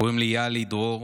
קוראים לי יהלי דרור,